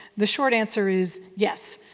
the short answer is yes.